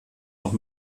auch